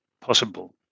possible